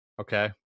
okay